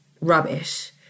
rubbish